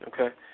Okay